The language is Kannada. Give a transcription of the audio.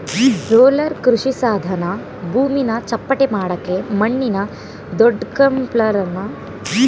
ರೋಲರ್ ಕೃಷಿಸಾಧನ ಭೂಮಿನ ಚಪ್ಪಟೆಮಾಡಕೆ ಮಣ್ಣಿನ ದೊಡ್ಡಕ್ಲಂಪ್ಗಳನ್ನ ಒಡ್ಯಕೆ ಬಳುಸ್ತರೆ